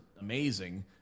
amazing